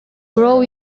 grow